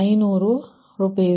52500 Rshr